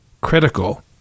critical